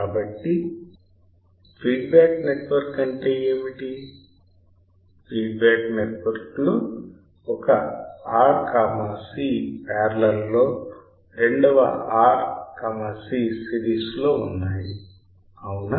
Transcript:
కాబట్టి feedback network అంటే ఏమిటి ఫీడ్బ్యాక్ నెట్వర్క్ లో ఒక R C పారలల్ లో రెండవ R C సిరీస్ లో ఉన్నాయి అవునా